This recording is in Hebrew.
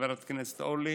חברת הכנסת אורלי.